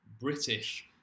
British